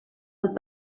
amb